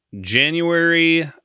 January